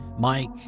Mike